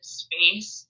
space